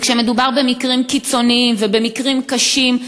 וכשמדובר במקרים קיצוניים ובמקרים קשים,